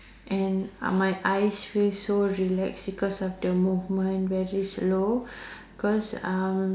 and uh my eyes feel so relaxed because of the movement very slow cause uh